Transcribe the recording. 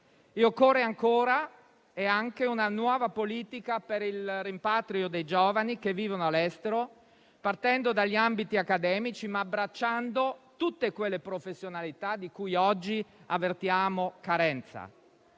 occorre altresì una nuova politica per il rimpatrio dei giovani che vivono all'estero, partendo dagli ambiti accademici ma abbracciando tutte quelle professionalità di cui oggi avvertiamo carenza.